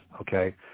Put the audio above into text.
okay